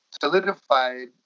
solidified